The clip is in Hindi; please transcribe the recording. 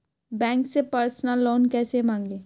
बैंक से पर्सनल लोन कैसे मांगें?